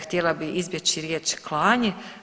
Htjela bih izbjeći riječ klanje.